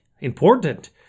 Important